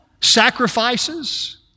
sacrifices